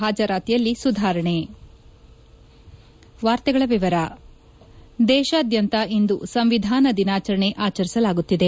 ಹಾಜರಾತಿಯಲ್ಲಿ ಸುಧಾರಣೆ ದೇಶಾದ್ಯಂತ ಇಂದು ಸಂವಿಧಾನ ದಿನಾಚರಣೆ ಆಚರಿಸಲಾಗುತ್ತಿದೆ